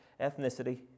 ethnicity